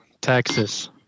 Texas